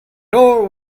door